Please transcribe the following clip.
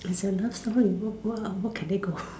is a love story what what what can they go